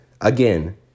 Again